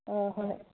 ꯑꯥ ꯍꯣꯏ